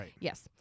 Yes